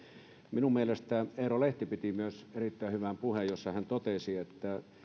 minun mielestäni eero lehti piti myös erittäin hyvän puheen jossa hän totesi että